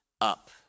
up